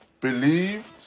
believed